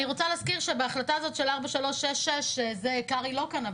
אני רוצה להזכיר שבהחלטה 4366 קרעי לא כאן,